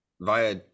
via